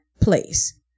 place